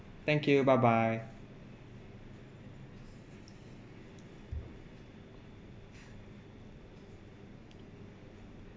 thank you bye bye